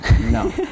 No